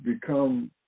become